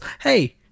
hey